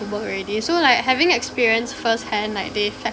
work already so like having experienced first hand like the effects